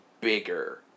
bigger